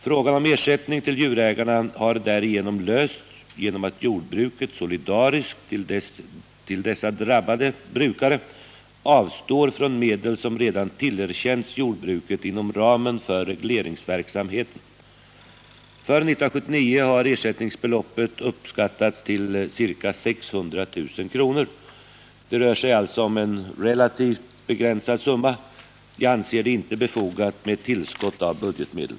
Frågan om ersättning till djurägarna har därigenom lösts genom att jordbruket solidariskt till dessa drabbade brukare avstår medel som redan tillerkänts jordbruket inom ramen för regleringsverksamheten. För 1979 har ersättningsbeloppet uppskattats till ca 600 000 kr. Det rör sig alltså om en relativt begränsad summa. Jag anser det inte befogat med ett tillskott av budgetmedel.